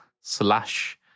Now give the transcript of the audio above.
slash